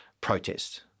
protest